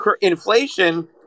inflation